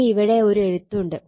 ഇനി ഇവിടെ ഒരു എഴുത്തുണ്ട്